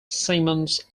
simonds